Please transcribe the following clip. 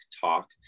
talk